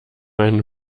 ein